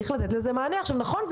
נכון,